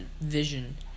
vision-